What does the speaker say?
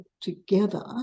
together